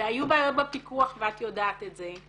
והיו בעיות בפיקוח ואת יודעת את זה.